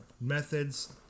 methods